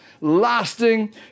lasting